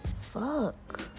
Fuck